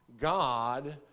God